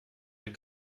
est